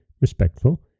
respectful